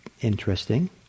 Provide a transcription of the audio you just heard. interesting